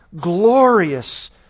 glorious